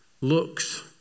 looks